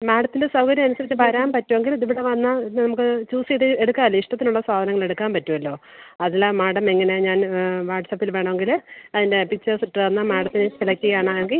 മാഡത്തിൻ്റെ സൗകര്യം അനുസരിച്ച് വരാൻ പറ്റുമെങ്കിൽ ഇവിടെ വന്നാൽ നമുക്ക് ചൂസ് ചെയ്ത് എടുക്കാമല്ലോ ഇഷ്ടത്തിനുള്ള സാധനങ്ങൾ എടുക്കാൻ പറ്റുമല്ലോ അതല്ല മാഡം എങ്ങനെ ഞാൻ വാട്ട്സ്പ്പിൽ വേണമെങ്കിൽ അതിൻ്റെ പിക്ച്ചേഴ്സ് ഇട്ട് തന്നാൽ മാഡത്തിന് സെലക്റ്റ് ചെയ്യാനാണെങ്കിൽ